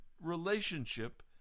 relationship